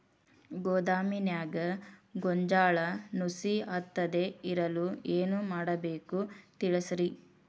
ಗೋದಾಮಿನ್ಯಾಗ ಗೋಂಜಾಳ ನುಸಿ ಹತ್ತದೇ ಇರಲು ಏನು ಮಾಡಬೇಕು ತಿಳಸ್ರಿ